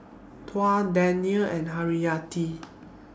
Tuah Daniel and Haryati